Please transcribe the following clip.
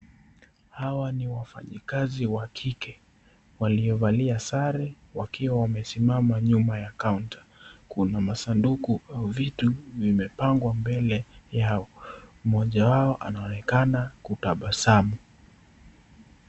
Hawa ni wafanyikazi wa kike waliovalia sare wakiwa wamesimama nyuma ya kaunta kuna masunduku au vitu vimepangwa mbele yao mmoja wao anaonekana kutabasamu.